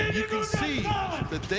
you can see that.